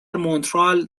مونترال